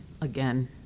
again